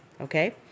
Okay